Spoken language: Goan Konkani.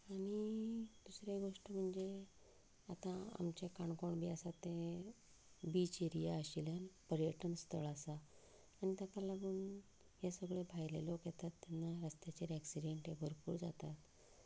आनी दुसरी गोश्ट म्हणजें आतां आमचें काणकोण बी आसा तें बीच एरिया आशिल्लें पर्यटन स्थळ आसा आनी ताका लागून हे सगळे भायले लोक येतात तिंगा रस्त्यांचेर एक्सिडेंटी भरपूर जाता